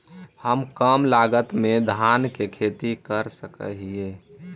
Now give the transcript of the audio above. हम कम लागत में धान के खेती कर सकहिय?